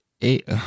eight